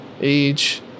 Age